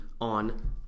on